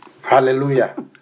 Hallelujah